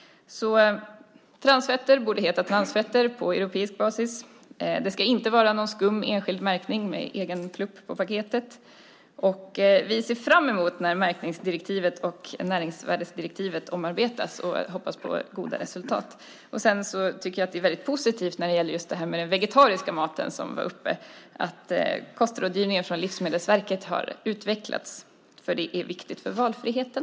Transfetter borde heta transfetter på europeisk basis. Det ska inte vara någon skum enskild märkning med egen plupp på paketet. Vi ser fram emot att märkningsdirektivet och näringsvärdesdirektivet omarbetas och hoppas på goda resultat. Sedan tycker jag att det är väldigt positivt, med tanke på just den vegetariska mat som nämndes, att kostrådgivningen från Livsmedelsverket har utvecklats. Det är viktigt för valfriheten.